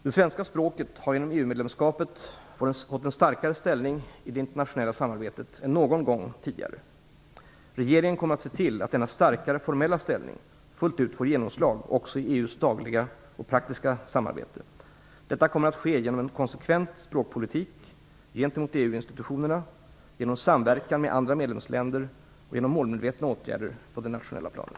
Det svenska språket har genom EU medlemskapet fått en starkare ställning i det internationella samarbetet än någon gång tidigare. Regeringen kommer att se till att denna starkare formella ställning fullt ut får genomslag också i EU:s dagliga och praktiska samarbete. Detta kommer att ske genom en konsekvent språkpolitik gentemot EU institutionerna, genom samverkan med andra medlemsländer och genom målmedvetna åtgärder på det nationella planet.